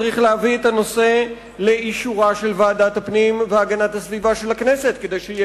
צריך להביא את הנושא לאישורה של ועדת הפנים והגנת הסביבה של הכנסת,